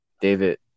David